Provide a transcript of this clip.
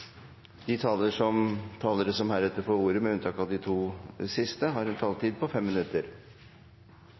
De talere som heretter får ordet, har en taletid på inntil 3 minutter.